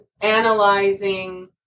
analyzing